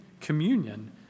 communion